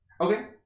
Okay